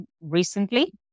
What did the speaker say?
recently